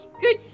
Good